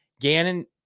Gannon